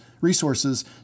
resources